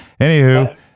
Anywho